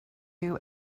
you